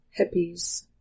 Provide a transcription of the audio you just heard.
hippies